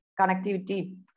connectivity